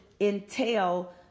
entail